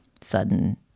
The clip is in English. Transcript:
sudden